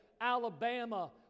Alabama